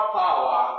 power